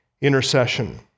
intercession